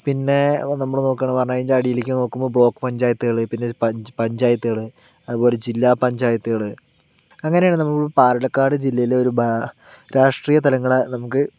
പിന്നെ നമ്മൾ നോക്കുകയാണെന്നു പറഞ്ഞു കഴിഞ്ഞാൽ അതിൻ്റെ അടിയിലേക്ക് നോക്കുമ്പോൾ ബ്ലോക്ക് പഞ്ചായത്തുകൾ പിന്നെ പഞ്ചായത്തുകൾ അതുപോലെ ജില്ലാ പഞ്ചായത്തുകൾ അങ്ങനെയാണ് നമ്മൾ പാലക്കാട് ജില്ലയിലെ ഒരു രാഷ്ട്രീയ തലങ്ങളെ നമുക്ക്